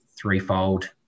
threefold